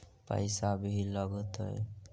पैसा भी लगतय?